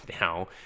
now